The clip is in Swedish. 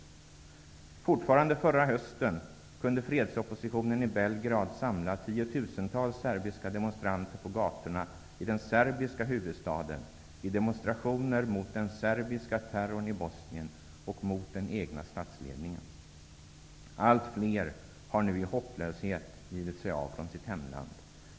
Fortfarande förra hösten kunde fredsoppositionen i Belgrad samla tiotusentals serbiska demonstranter på gatorna i den serbiska huvudstaden i demonstrationer mot den serbiska terrorn i Bosnien och mot den egna statsledningen. Allt fler har nu i hopplöshet givit sig av från sitt hemland.